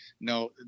no